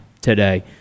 today